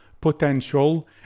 potential